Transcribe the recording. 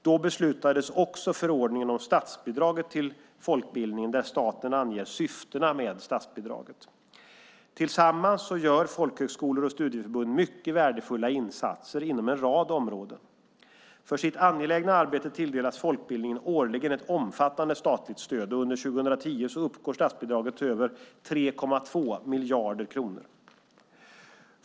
Då beslutades också förordningen om statsbidrag till folkbildningen där staten anger syftena med statsbidraget. Tillsammans gör folkhögskolor och studieförbund mycket värdefulla insatser inom en rad områden. För sitt angelägna arbete tilldelas folkbildningen årligen ett omfattande statligt stöd. Under 2010 uppgår statsbidraget till över 3,2 miljarder kronor.